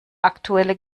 aktuelle